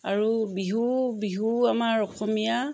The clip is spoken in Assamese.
আৰু বিহু বিহু আমাৰ অসমীয়া